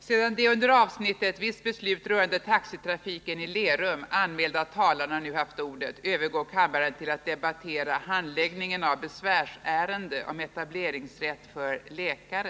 Sedan de under avsnittet Visst beslut rörande taxitrafiken i Lerum anmälda talarna nu haft ordet övergår kammaren till att debattera Handläggningen av besvärsärende om etableringsrätt för läkare.